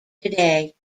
today